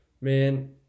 Man